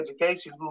education